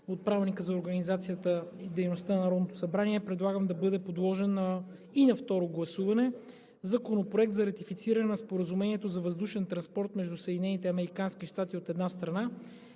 от Правилника за организацията и дейността на Народното събрание предлагам да бъде подложен и на второ гласуване Законопроект за ратифициране на Споразумението за въздушен транспорт между Съединените